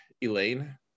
Elaine